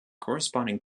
corresponding